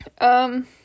Um-